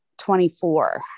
24